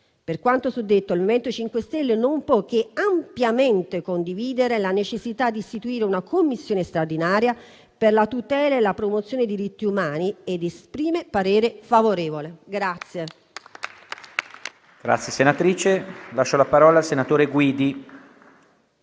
Per quanto detto, il MoVimento 5 Stelle non può che ampiamente condividere la necessità di istituire una Commissione straordinaria per la tutela e la promozione dei diritti umani. Annuncio pertanto il